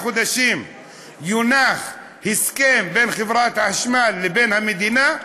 חודשים יונח הסכם בין חברת החשמל לבין המדינה?